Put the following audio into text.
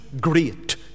great